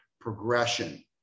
Progression